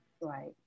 Right